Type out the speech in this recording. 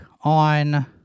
on